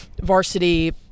varsity